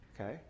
okay